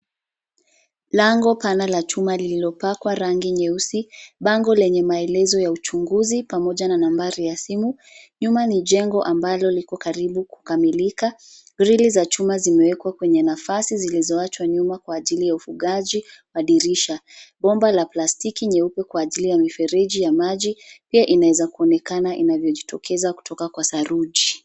Lango pana la chuma lililopakwa rangi nyeusi, bango lenye maelezo ya uchunguzi pamoja na nambari ya simu. Nyuma ni jengo ambalo liko karibu kukamilika. Grili za chuma zimewekwa kwenye nafasi zilizoachwa nyuma kwa ajili ya ufugaji madirisha. Bomba la plastiki nyeupe kwa ajili ya mifereji ya maji pia inaweza kuonekana inavyojitokeza kutoka kwa saruji.